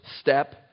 step